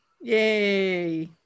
Yay